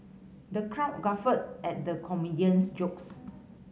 the crowd guffawed at the comedian's jokes